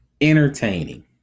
entertaining